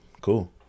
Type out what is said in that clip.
cool